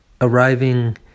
arriving